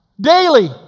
Daily